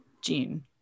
Gene